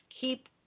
keep